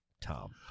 Tom